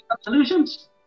solutions